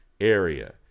area